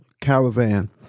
caravan